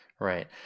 right